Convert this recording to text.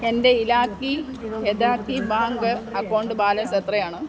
എൻ്റെ ഇലാക്കി യതാക്കി ബാങ്ക് അക്കൗണ്ട് ബാലൻസ് എത്രയാണ്